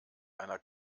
einer